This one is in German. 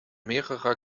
mehrerer